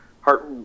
heart